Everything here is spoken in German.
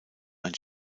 ein